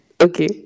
Okay